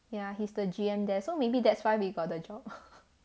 ya he's the G_M there so maybe that's why we got the job